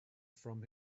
from